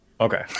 Okay